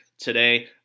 Today